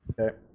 okay